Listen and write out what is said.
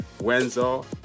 Wenzel